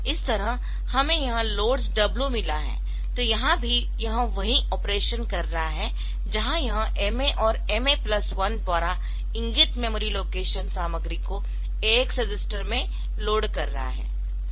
इस तरह हमें यह LODS W मिला है तो यहाँ भी यह वही ऑपरेशन कर रहा है जहाँ यह MA और MA प्लस 1 द्वारा इंगित मेमोरी लोकेशन सामग्री को AX रजिस्टर में लोड कर रहा है